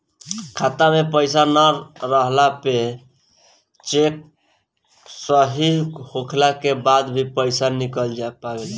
खाता में पईसा ना रहला पे चेक सही होखला के बाद भी पईसा ना निकल पावेला